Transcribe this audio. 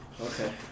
Okay